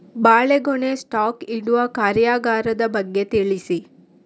ಬಾಳೆಗೊನೆ ಸ್ಟಾಕ್ ಇಡುವ ಕಾರ್ಯಗಾರದ ಬಗ್ಗೆ ತಿಳಿಸಿ